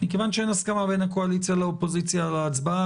מכיוון שאין הסכמה בין הקואליציה לאופוזיציה להצבעה